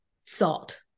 salt